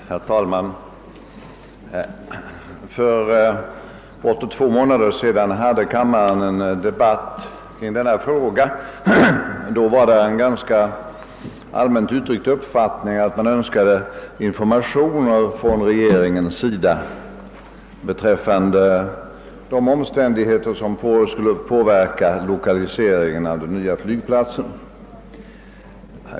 Herr talman! För omkring två månader sedan hade kammaren en debatt i denna fråga, varvid det från flera håll gavs uttryck för en önskan om ytterligare informationer från regeringen om de omständigheter som kunde påverka lokaliseringen av den nya flygplatsen.